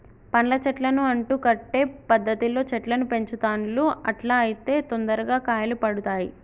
పండ్ల చెట్లను అంటు కట్టే పద్ధతిలో చెట్లను పెంచుతాండ్లు అట్లా అయితే తొందరగా కాయలు పడుతాయ్